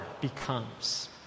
becomes